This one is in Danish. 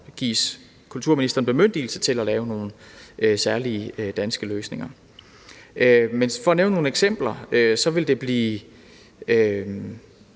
der gives kulturministeren bemyndigelse til at lave nogle særlige danske løsninger. For at nævne nogle eksempler vil det blive